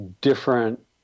different